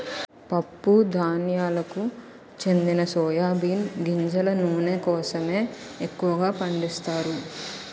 పప్పు ధాన్యాలకు చెందిన సోయా బీన్ గింజల నూనె కోసమే ఎక్కువగా పండిస్తారు